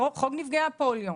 חוק נפגעי הפוליו.